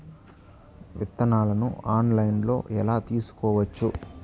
విత్తనాలను ఆన్లైన్లో ఎలా తీసుకోవచ్చు